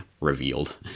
revealed